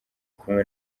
kumwe